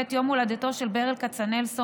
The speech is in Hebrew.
יום הולדתו של ברל כצנלסון,